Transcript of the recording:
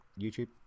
YouTube